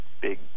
big